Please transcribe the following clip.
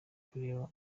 kureba